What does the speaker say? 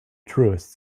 truest